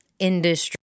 industry